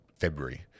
February